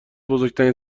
بزرگترین